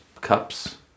cups